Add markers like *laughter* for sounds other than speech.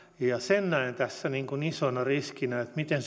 ja sen näen tässä isona riskinä miten *unintelligible*